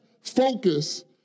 focus